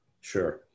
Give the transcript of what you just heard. Sure